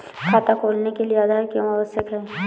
खाता खोलने के लिए आधार क्यो आवश्यक है?